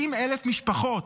70,000 משפחות,